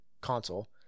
console